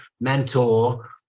mentor